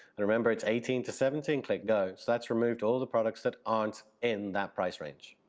and remember, it's eighteen to seventy and click go, so that's removed all the products that aren't in that price range.